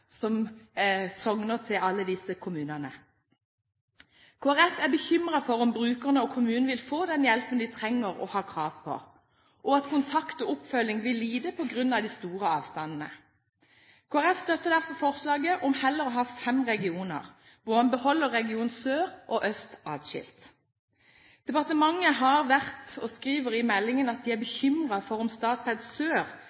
lærere som sogner til alle disse kommunene. Kristelig Folkeparti er bekymret for om brukerne og kommunene vil få den hjelpen de trenger og har krav på, og at kontakt og oppfølging vil lide på grunn av de store avstandene. Kristelig Folkeparti støtter derfor forslaget om heller å ha fem regioner, hvor man beholder region sør og øst adskilt. Departementet har vært, og skriver i meldingen at de er